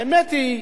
האמת היא,